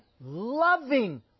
loving